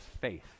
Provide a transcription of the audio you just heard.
faith